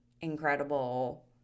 incredible